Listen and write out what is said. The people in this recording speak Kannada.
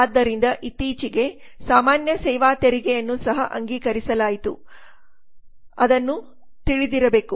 ಆದ್ದರಿಂದ ಇತ್ತೀಚೆಗೆ ಸಾಮಾನ್ಯ ಸೇವಾ ತೆರಿಗೆಯನ್ನು ಸಹ ಅಂಗೀಕರಿಸಲಾಯಿತು ಅವನು ಅದನ್ನು ತಿಳಿದಿರಬಹುದು